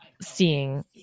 seeing